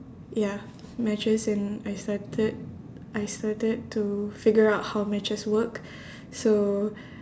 ya matches and I started I started to figure out how matches work so